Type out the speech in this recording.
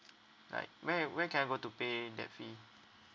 like where where can I go to pay that fee